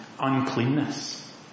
uncleanness